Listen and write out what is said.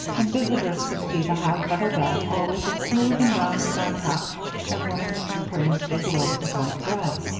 and visitors could see the high feather bed always as smooth and rounded on top as one of mrs. crane's big loaves of light bread.